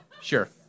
sure